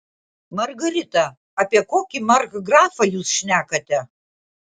margarita apie kokį markgrafą jūs šnekate